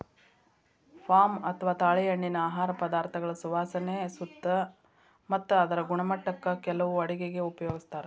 palm ಅಥವಾ ತಾಳೆಎಣ್ಣಿನಾ ಆಹಾರ ಪದಾರ್ಥಗಳ ಸುವಾಸನೆ ಮತ್ತ ಅದರ ಗುಣಮಟ್ಟಕ್ಕ ಕೆಲವು ಅಡುಗೆಗ ಉಪಯೋಗಿಸ್ತಾರ